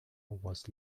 was